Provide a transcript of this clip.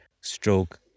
stroke